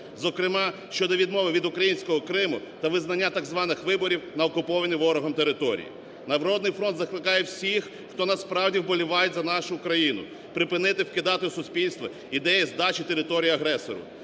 Зокрема, щодо відмови від українського Криму та визнання так званих виборів на окупованих ворогом території. "Народний фронт" закликає всіх, хто насправді вболіває за нашу країну, припинити вкидати в суспільстві ідеї здачі територій агресору.